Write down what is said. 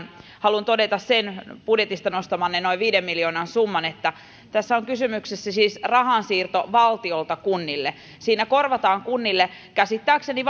haluan todeta siitä budjetista esiin nostamanne noin viiden miljoonan summasta että tässä on kysymyksessä siis rahansiirto valtiolta kunnille siinä korvataan kunnille käsittääkseni